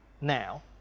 now